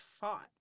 fought